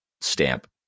stamp